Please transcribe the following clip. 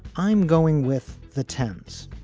i'm going with the tents,